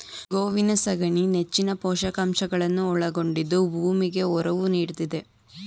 ಗೋವಿನ ಸಗಣಿ ನೆಚ್ಚಿನ ಪೋಷಕಾಂಶಗಳನ್ನು ಒಳಗೊಂಡಿದ್ದು ಭೂಮಿಗೆ ಒರವು ನೀಡ್ತಿದೆ